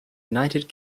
united